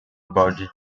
balde